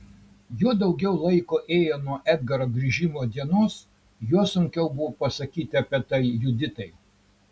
juo daugiau laiko ėjo nuo edgaro grįžimo dienos juo sunkiau buvo pasakyti apie tai juditai